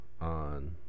On